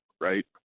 right